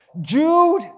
Jude